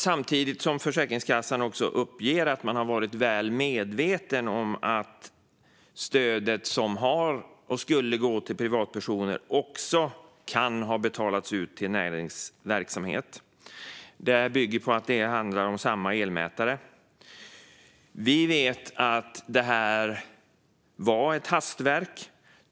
Samtidigt uppger Försäkringskassan att man har varit väl medveten om att stödet som har gått och som skulle gå till privatpersoner också kan ha betalats ut till näringsverksamhet på grund av att man har samma elmätare. Vi vet att det hela var ett hastverk.